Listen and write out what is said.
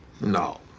No